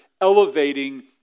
elevating